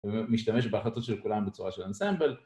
ומשתמש בהחלטות של כולם בצורה של אנסמבל